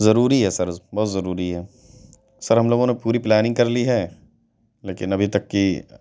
ضروری ہے سر بہت ضروری ہے سر ہم لوگوں نے پوری پلاننگ کر لی ہے لیکن ابھی تک کی